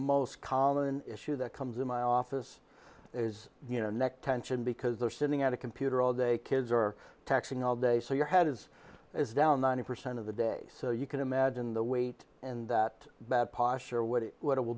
most common issue that comes in my office is you know neck tension because they're sitting at a computer all day kids are texting all day so your head is is down ninety percent of the day so you can imagine the weight and that bad posture what it w